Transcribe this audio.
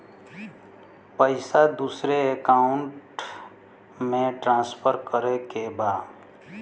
पैसा दूसरे अकाउंट में ट्रांसफर करें के बा?